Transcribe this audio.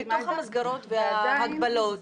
אז בתוך המסגרות וההגבלות,